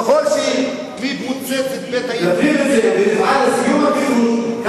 ככל שנפנים את זה ונפעל לסיום הכיבוש,